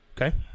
Okay